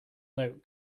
note